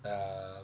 uh